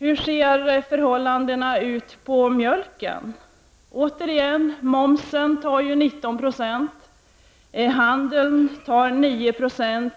Hur ser förhållandena ut för mjölken? Återigen: momsen tar 19 96, handeln 9 96 och